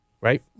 right